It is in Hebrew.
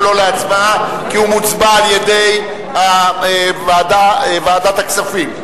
הוא לא להצבעה כי הוא מוצבע על-ידי ועדת הכספים,